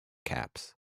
caps